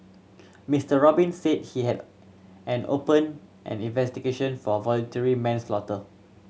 Mister Robin said he had an opened an investigation for voluntary manslaughter